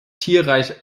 tierreich